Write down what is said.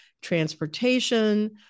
Transportation